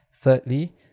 Thirdly